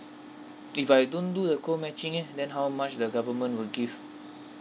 if I don't do the co matching eh then how much the government will give